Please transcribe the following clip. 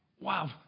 Wow